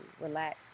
relax